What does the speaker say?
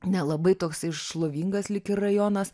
nelabai toksai šlovingas lyg ir rajonas